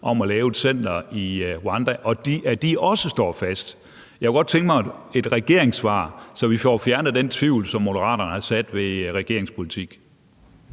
om at lave et center i Rwanda, står fast? Jeg kunne godt tænke mig et regeringssvar, så vi får fjernet den tvivl, som Moderaterne har sået om regeringens politik.